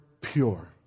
pure